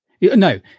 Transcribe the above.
no